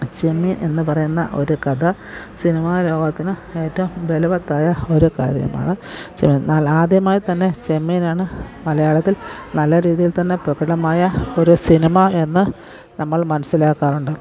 ചെമ്മീൻ എന്നു പറയുന്ന ഒരു കഥ സിനിമാലോകത്തിന് ഏറ്റവും ബലവത്തായ ഒരു കാര്യമാണ് ചെമ്മീൻ എന്നാൽ ആദ്യമായിത്തന്നെ ചെമ്മീനാണ് മലയാളത്തിൽ നല്ല രീതിയിൽത്തന്നെ പ്രകടമായ ഒരു സിനിമ എന്നു നമ്മൾ മനസ്സിലാക്കാറുണ്ട്